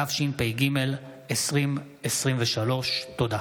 התשפ"ג 2023. תודה.